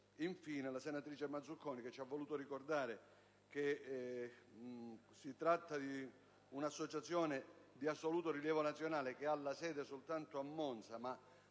infine la senatrice Mazzuconi che ci ha voluto ricordare che si tratta di una biblioteca di assoluto rilievo nazionale, anche se ha sede soltanto a Monza. La